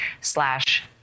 slash